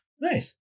Nice